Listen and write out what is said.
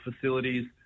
facilities